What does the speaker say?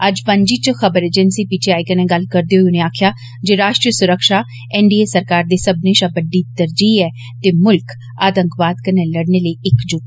अज्ज पणजी च खबर अजेंसी पीटीआई कन्नै गल्ल करदे होई उने आक्खेआ जे राष्ट्रीय सुरक्षा अजेंसी एनडीए सरकार दे सब्मनें शा बड्डी तरजीह ऐ ते मुल्ख आतंकवाद कन्नै लड़ने लेई इक जुट ऐ